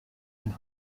and